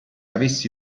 avessi